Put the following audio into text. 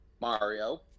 Mario